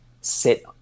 sit